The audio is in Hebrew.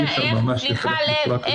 אי-אפשר ממש לפלח בצורה כזאת מדויקת.